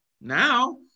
Now